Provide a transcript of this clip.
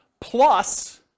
plus